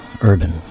urban